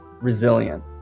resilient